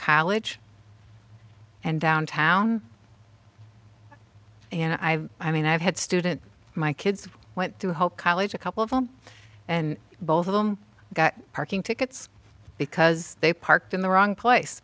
college and downtown and i i mean i've had student my kids went through the whole college a couple of them and both of them got parking tickets because they parked in the wrong place